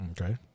Okay